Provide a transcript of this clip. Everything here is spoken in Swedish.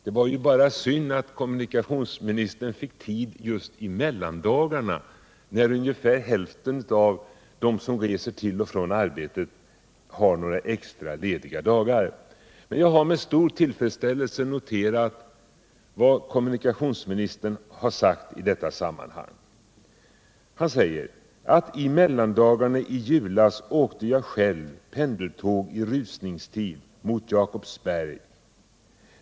Det var bara synd att kommunikationsministern fick tid just i mellandagarna när ungefär hälften av dem som reser till och från arbetet hade några extra lediga dagar. Jag har med stor tillfredsställelse noterat att kommunikationsministern i detta sammanhang sade följande: ”I mellandagarna i julas åkte jag själv pendeltåg i rusningstid mot Jakobsberg.